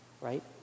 right